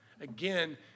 Again